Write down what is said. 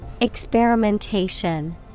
Experimentation